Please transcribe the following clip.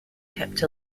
kept